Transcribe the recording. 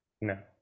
No